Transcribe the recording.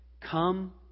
Come